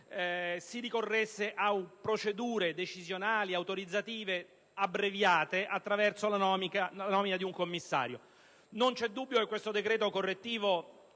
si ricorra a procedure decisionali e autorizzative abbreviate attraverso la nomina di un commissario. Non c'è dubbio che questo decreto correttivo